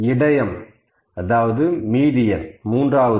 இடையம் அதாவது மீடியன் 3